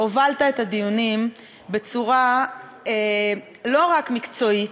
הובלת את הדיונים בצורה לא רק מקצועית,